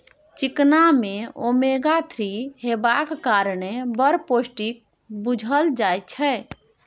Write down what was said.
चिकना मे omega three हेबाक कारणेँ बड़ पौष्टिक बुझल जाइ छै